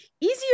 easier